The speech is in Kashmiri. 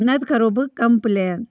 نَتہٕ کَرو بہٕ کَمپٕلین